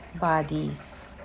bodies